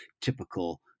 typical